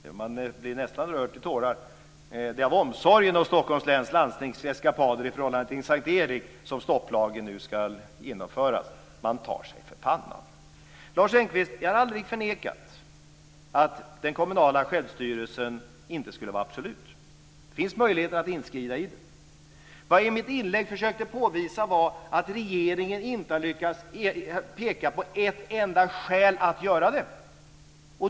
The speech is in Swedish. Fru talman! Man blir nästan rörd till tårar. Det är alltså av omsorg om Stockholms läns landstings eskapader i förhållande till S:t Erik som stopplagen nu ska genomföras. Man tar sig för pannan! Jag har aldrig förnekat, Lars Engqvist, att den kommunala självstyrelsen inte skulle vara absolut. Det finns möjligheter att inskrida i den. Vad jag i mitt inlägg försökte påvisa var att regeringen inte har lyckats peka på ett enda skäl att göra det.